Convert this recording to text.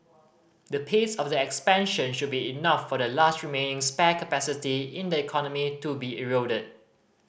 the pace of the expansion should be enough for the last remaining capacity in the economy to be eroded